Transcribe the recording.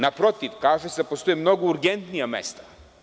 Naprotiv, kaže se da postoje mnogo urgentnija mesta.